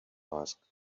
asked